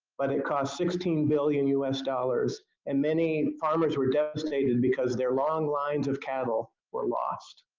but it cost sixteen billion us dollars and many farmers were devastated because their long lines of cattle were lost.